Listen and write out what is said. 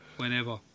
whenever